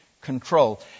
control